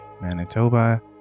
Manitoba